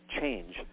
change